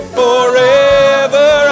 forever